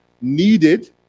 needed